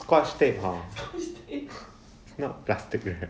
scotch tap hor it's not plastic wrap